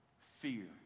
Fear